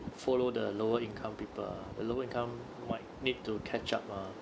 follow the lower income people uh the lower income might need to catch up ah